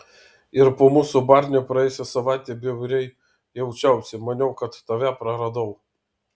ir po mūsų barnio praėjusią savaitę bjauriai jaučiausi maniau kad tave praradau